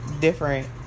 different